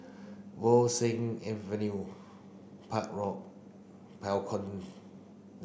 Bo Seng Avenue Park Road